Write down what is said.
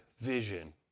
vision